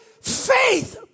faith